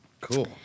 Cool